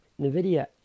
Nvidia